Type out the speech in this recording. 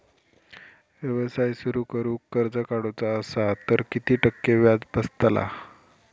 व्यवसाय सुरु करूक कर्ज काढूचा असा तर किती टक्के व्याज बसतला?